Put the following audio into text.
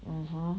mmhmm